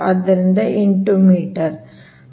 ಆದ್ದರಿಂದ 8 ಮೀಟರ್